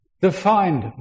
defined